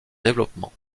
développement